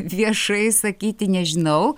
viešai sakyti nežinau